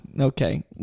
Okay